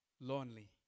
lonely